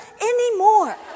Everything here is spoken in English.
anymore